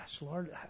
Lord